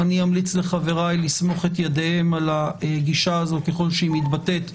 אני אמליץ לחבריי לסמוך את ידיהם על הגישה הזאת ככל שהיא מתבטאת בתקנות,